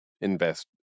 invest